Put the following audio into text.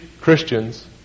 Christians